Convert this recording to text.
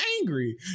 angry